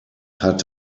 hat